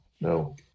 no